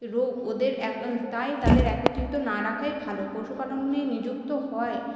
রোগ ওদের তাই তাদের একত্রিত না রাখাই ভালো পশুপালনে নিযুক্ত হওয়ায়